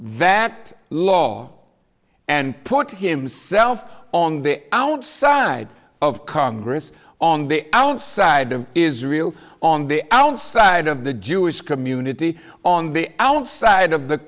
that law and put himself on the outside of congress on the outside of israel on the outside of the jewish community on the outside of the